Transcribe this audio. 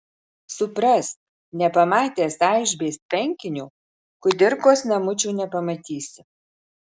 suprask nepamatęs aišbės tvenkinio kudirkos namučių nepamatysi